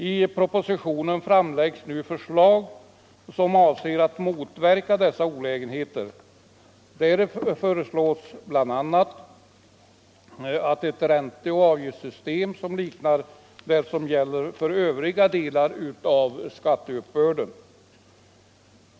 I propositionen framläggs nu förslag, som avser att motverka vissa olägenheter med det nya systemet. Det föreslås bl.a. ett ränteoch avgiftssystem som liknar det som gäller för övriga delar av skatteuppbörden.